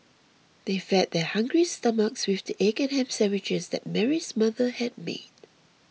they fed their hungry stomachs with the egg and ham sandwiches that Mary's mother had made